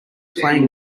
playing